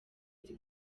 nzi